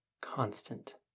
constant